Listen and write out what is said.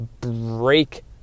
break